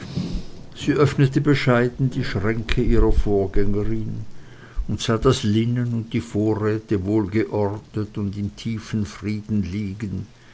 sie öffnete bescheiden die schränke ihrer vorgängerin und sah das linnen und die vorräte wohlgeordnet und im tiefen frieden liegen